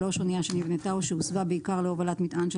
אנייה שנבנתה או שהוסבה בעיקר להובלת מטען של